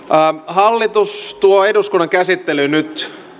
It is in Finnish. hallitus tuo eduskunnan käsittelyyn nyt